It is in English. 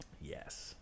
Yes